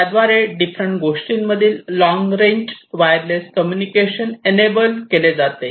त्याद्वारे डिफरंट गोष्टींमधील long range wireless communication enable केले जाते